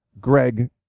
Greg